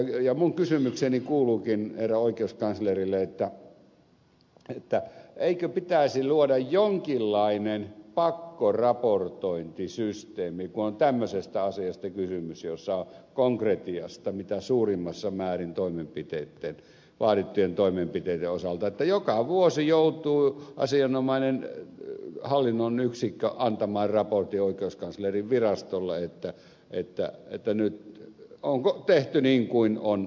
minun kysymykseni herra oikeuskanslerille kuuluukin eikö pitäisi luoda jonkinlainen pakkoraportointisysteemi kun on tämmöisestä asiasta kysymys konkretiasta mitä suurimmassa määrin vaadittujen toimenpiteiden osalta että joka vuosi joutuu asianomainen hallinnon yksikkö antamaan raportin oikeuskanslerinvirastolle että nyt on tehty niin kuin on ohjeet annettu